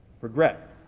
regret